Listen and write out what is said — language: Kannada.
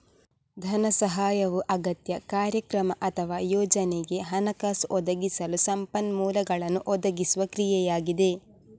ಧನ ಸಹಾಯವು ಅಗತ್ಯ, ಕಾರ್ಯಕ್ರಮ ಅಥವಾ ಯೋಜನೆಗೆ ಹಣಕಾಸು ಒದಗಿಸಲು ಸಂಪನ್ಮೂಲಗಳನ್ನು ಒದಗಿಸುವ ಕ್ರಿಯೆಯಾಗಿದೆ